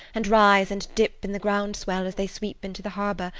and rise and dip in the ground swell as they sweep into the harbour,